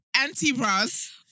anti-bras